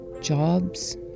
jobs